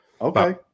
Okay